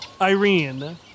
Irene